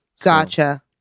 Gotcha